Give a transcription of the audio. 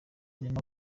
arimo